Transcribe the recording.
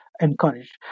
encouraged